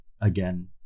again